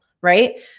right